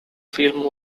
film